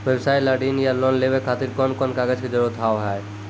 व्यवसाय ला ऋण या लोन लेवे खातिर कौन कौन कागज के जरूरत हाव हाय?